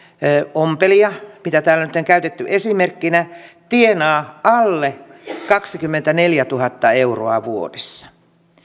ompelija mitä täällä nyt on käytetty esimerkkeinä tienaa alle kaksikymmentäneljätuhatta euroa vuodessa